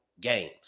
games